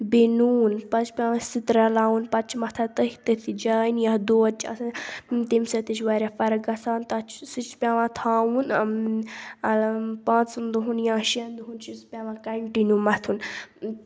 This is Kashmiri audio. بیٚیہِ نوٗن پَتہٕ چھُ پیٚوان سُہ تہِ رَلاوُن پَتہٕ چھِ مَتھان تٔتھۍ تٔتھۍ جایہِ یَتھ دود چھُ آسان تَمہِ سۭتۍ تہِ چھِ واریاہ فَرٕق گَژھان تَتھ چھُ سُہ چھُ پیٚوان تھاوُن آ پانژن دۄہَن یا شیٚن دۄہَن چھُ سُہ پیٚوان کَنٹِنیٛوٗ مَتھُن